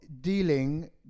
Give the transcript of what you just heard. dealing